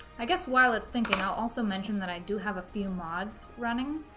i guess while it's thinking, i'll also mention that i do have a few mods running.